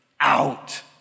out